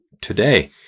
today